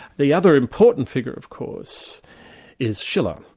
the other important figure of course is schiller,